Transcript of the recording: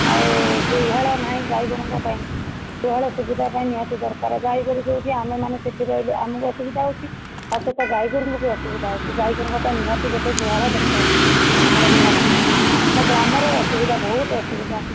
ଆଉ ଗୁହାଳ ନାହିଁ ଗାଈଗୋରୁଙ୍କ ପାଇଁ ଗୁହାଳ ସୁବିଧା ପାଇଁ ନିହାତି ଦରକାର ଗାଈ ଗୋରୁ ଯେଉଁଠି ଆମେମାନେ ସେହିଠି ରହିଲେ ଆମକୁ ଅସୁବିଧା ହେଉଛି ତା ସହିତ ଗାଈ ଗୋରୁଙ୍କୁ ବି ଅସୁବିଧା ହେଉଛି ଗାଈ ଗୋରୁଙ୍କ ପାଇଁ ନିହାତି ଗୋଟିଏ ଗୁହାଳ ଦରକାର ଆମର ନିହାତି ତା ପରେ ଆମର ଅସୁବିଧା ବହୁତ ଅସୁବିଧା